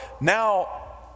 now